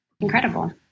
incredible